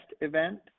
event